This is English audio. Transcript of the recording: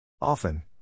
Often